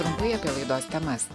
trumpai apie laidos temas